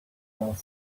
while